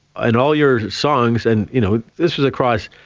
and all your songs, and you know this is across